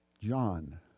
John